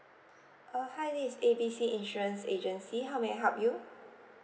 uh hi this is A B C insurance agency how may I help you